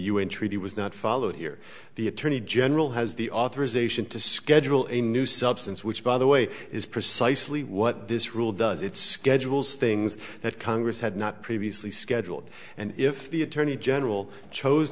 n treaty was not followed here the attorney general has the authorization to schedule a new substance which by the way is precisely what this rule does it schedules things that congress had not previously scheduled and if the attorney general chose